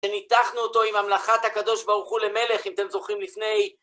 שניתחנו אותו עם המלאכת הקדוש, ברוך הוא למלך, אם אתם זוכרים לפני.